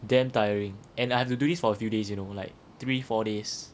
damn tiring and I have to do this for a few days you know like three four days